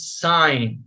sign